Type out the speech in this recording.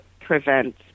prevent